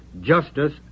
justice